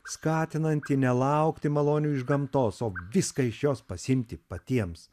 skatinantį nelaukti malonių iš gamtos o viską iš jos pasiimti patiems